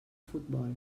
futbol